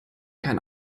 kein